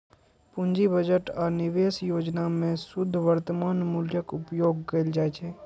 पूंजी बजट आ निवेश योजना मे शुद्ध वर्तमान मूल्यक उपयोग कैल जाइ छै